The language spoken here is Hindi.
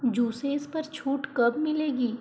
जूसेस पर छूट कब मिलेगी